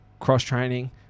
cross-training